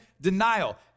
denial